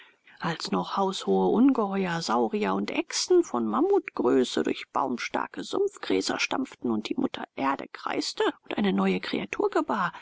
als noch haushohe ungeheuer saurier und echsen von mammutgröße durch baumstarke sumpfgläser stampften und die mutter erde kreiste und eine neue kreatur gebar